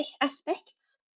aspects